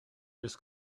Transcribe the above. just